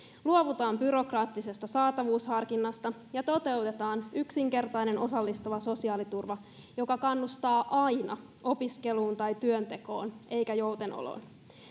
luovutaan byrokraattisesta saatavuusharkinnasta ja toteutetaan yksinkertainen osallistava sosiaaliturva joka kannustaa aina opiskeluun tai työntekoon eikä joutenoloon